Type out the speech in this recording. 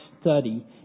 study